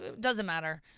doesn't matter.